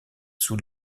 sous